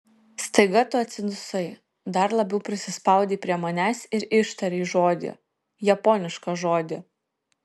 staiga tu atsidusai dar labiau prisispaudei prie manęs ir ištarei žodį japonišką žodį